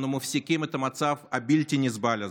אנו מפסיקים את המצב הבלתי-נסבל הזה.